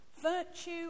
virtue